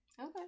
Okay